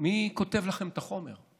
מי כותב לכם את החומר?